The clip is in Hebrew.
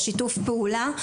בשיתוף פעולה.